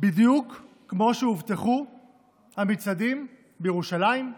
בדיוק כמו שהובטחו המצעדים בירושלים,